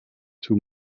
two